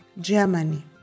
Germany